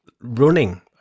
running